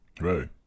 Right